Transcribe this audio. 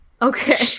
Okay